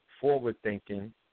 forward-thinking